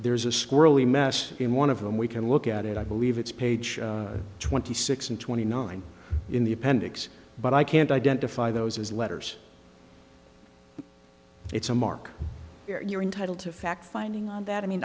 there's a squirrelly mess in one of them we can look at it i believe it's page twenty six and twenty nine in the appendix but i can't identify those as letters it's a mark you are entitled to fact finding that i mean